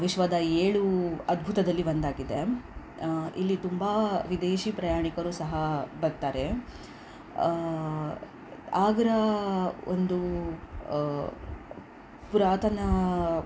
ವಿಶ್ವದ ಏಳು ಅದ್ಭುತದಲ್ಲಿ ಒಂದಾಗಿದೆ ಇಲ್ಲಿ ತುಂಬ ವಿದೇಶಿ ಪ್ರಯಾಣಿಕರು ಸಹ ಬರ್ತಾರೆ ಆಗ್ರಾ ಒಂದು ಪುರಾತನ